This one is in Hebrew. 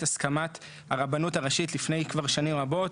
הסכמת הרבנות הראשית כבר לפני שנים רבות,